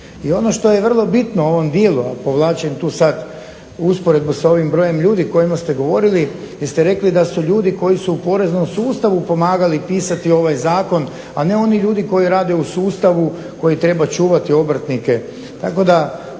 I ono što je vrlo bitno u ovom dijelu, a povlačim tu sad usporedbu sa ovim brojem ljudi o kojima ste govorili jer ste rekli da su ljudi koji su u poreznom sustavu pomagali pisati ovaj zakon, a ne oni ljudi koji rade u sustavu koji treba čuvati obrtnike.